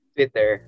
Twitter